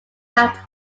backed